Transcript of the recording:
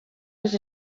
les